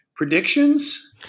Predictions